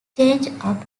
changeup